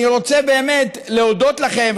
אני רוצה להודות לכם.